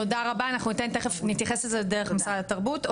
תודה רבה, תיכף נתייחס לזה, דרך משרד התרבות.